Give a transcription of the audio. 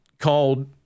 called